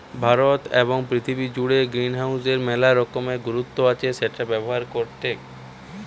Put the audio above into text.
ভারতে এবং পৃথিবী জুড়ে গ্রিনহাউসের মেলা রকমের গুরুত্ব আছে সেটা ব্যবহার করেটে